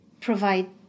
provide